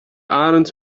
arend